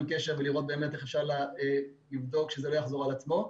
קשר ולראות באמת איך אפשר לבדוק שזה לא יחזור על עצמו.